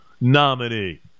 nominee